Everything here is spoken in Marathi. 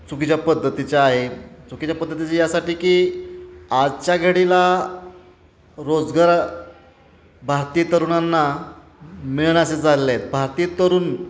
चुकीच्या पद्धतीच्या आहे चुकीच्या पद्धतीची यासाठी की आजच्या घडीला रोजगार भारतीय तरुणांना मिळेनासे झालेले आहेत भारतीय तरुण